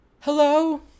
Hello